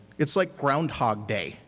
it's like groundhog day.